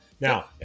Now